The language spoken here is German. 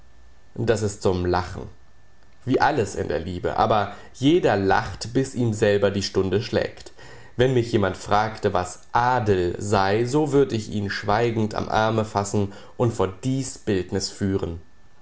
das ist zum lachen wie alles in der liebe aber jeder lacht bis ihm selber die stunde schlägt wenn mich jemand fragte was adel sei so würd ich ihn schweigend am arme fassen und vor dies bildnis führen